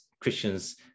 Christians